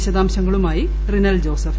വിശദാംശങ്ങളുമായി റിനൽ ജോസഫ്